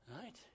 Right